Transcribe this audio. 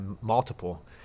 multiple